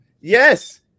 Yes